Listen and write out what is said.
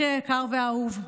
אחי היקר והאהוב,